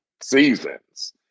seasons